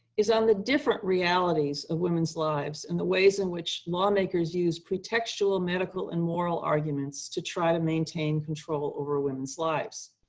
is on the different realities of women's lives and the ways in which lawmakers use pre-textual medical and moral arguments to try to maintain control over women's lives.